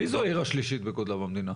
מי זו העיר השלישית בגודלה במדינה?